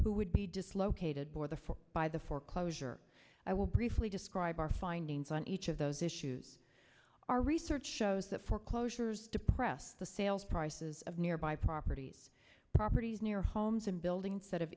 who would be dislocated bore the four by the foreclosure i will briefly describe our findings on each of those issues our research shows that foreclosures depress the sales prices of nearby properties properties near homes and building